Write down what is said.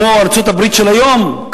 כמו ארצות-הברית של היום,